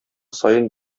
саен